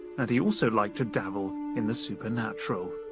and he also liked to dabble in the supernatural.